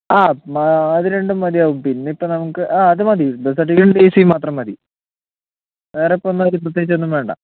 ആ അത് രണ്ടും മതിയാവും പിന്നെ ഇപ്പോൾ നമുക്ക് ആ അത് മതി ബർത്ത് സർട്ടിഫിക്കേറ്റും ടി സിയും മാത്രം മതി വേറെ ഇപ്പം ഒന്നുമായിട്ട് പ്രത്യേകിച്ച് ഒന്നും വേണ്ട